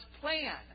plan